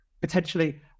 potentially